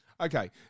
Okay